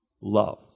love